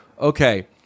Okay